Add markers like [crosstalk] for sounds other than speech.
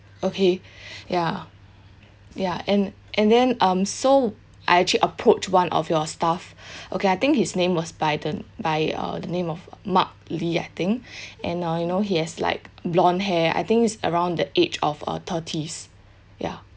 okay ya ya and and then um so I actually approach one of your staff [breath] okay I think his name was by the by uh the name of mark lee I think [breath] and uh you know he has like blonde hair I think is around the age of uh thirties ya